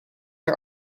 are